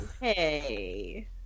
Hey